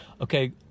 Okay